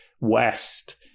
West